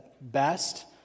best